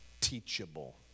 teachable